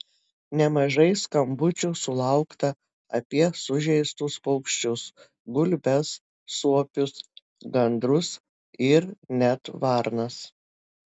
nemažai skambučių sulaukta apie sužeistus paukščius gulbes suopius gandrus ir net varnas